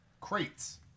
Crates